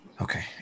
okay